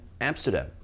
Amsterdam